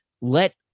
let